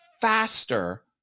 faster